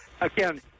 again